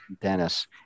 Dennis